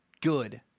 good